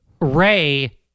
Ray